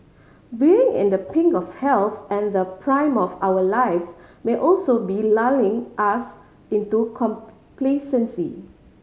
being in the pink of health and the prime of our lives may also be lulling us into complacency